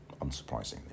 unsurprisingly